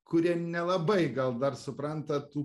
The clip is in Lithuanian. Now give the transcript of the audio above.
kurie nelabai gal dar supranta tų